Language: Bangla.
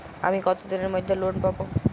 আমি কতদিনের মধ্যে লোন পাব?